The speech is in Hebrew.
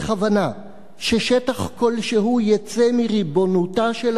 בכוונה ששטח כלשהו יצא מריבונותה של